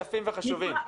לרשויות,